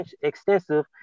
extensive